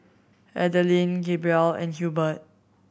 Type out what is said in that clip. Adaline Gabrielle and Hubert